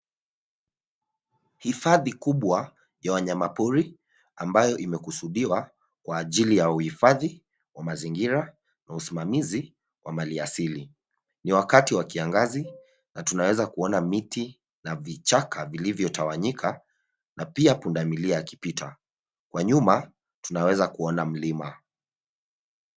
Hifadhi kubwa ya wanyamapori ambayo imekusudiwa kwa ajili wa kuhifadhi mazingira na usimamizi wa maliasili. Ni wakati wa kiangazi na tunaweza kuona miti na vichaka vilivyotawanyika na pia pundamilia akipita kwa nyuma tunaweza kuona mlima.